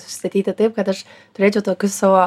sustatyti taip kad aš turėčiau tokius savo